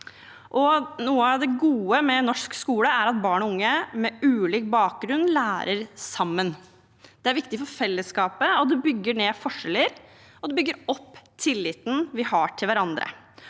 Noe av det gode med norsk skole er at barn og unge med ulik bakgrunn lærer sammen. Det er viktig for fellesskapet. Det bygger ned forskjeller, og det bygger opp tilliten vi har til hverandre.